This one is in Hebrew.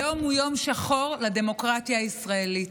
היום יום שחור לדמוקרטיה הישראלית.